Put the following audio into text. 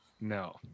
No